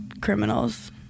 criminals